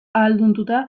ahaldunduta